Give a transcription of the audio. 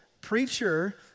preacher